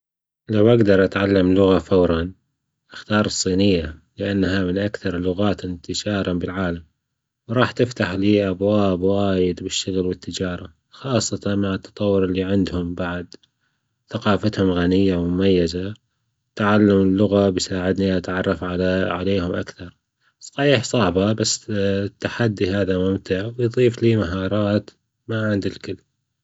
لو أجدر أتعلم لغة فورا أختار الصينية لأنها من أكثر اللغات انتشارا بالعالم، وراح تفتح لي أبواب وايد بالشغل والتجارة خاصة مع التطور اللي عندهم بعد، ثقافتهم غنية ومميزة، تعلم اللغة بيساعدني أتعرف على عليهم أكثر صحيح صعبة بس التحدي هذا ممتع ويضيف لي مهارات ما عند الكل.